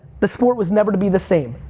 the sport was never to be the same.